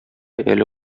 әле